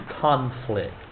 conflict